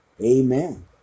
Amen